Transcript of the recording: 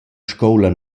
scoula